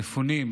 מפונים,